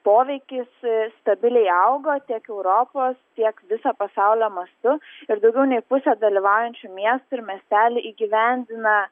poveikis stabiliai augo tiek europos tiek viso pasaulio mastu ir daugiau nei pusę dalyvaujančių miestų ir miestelių įgyvendina